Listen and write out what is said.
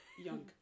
Young